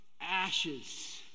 ashes